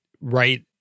right